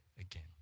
again